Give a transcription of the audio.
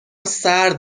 سرد